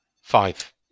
Five